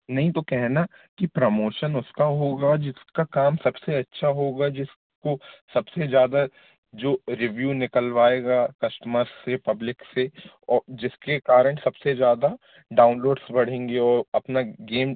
नहीं तो कहना कि प्रमोशन उसका होगा जिसका काम सबसे अच्छा होगा जिसको सबसे ज़्यादा जो रिव्यू निकलवाएगा कस्टमर से पब्लिक से और जिसके कारण सबसे ज़्यादा डाउनलोड्स बढ़ेंगे और अपना गेम